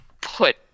put